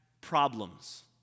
problems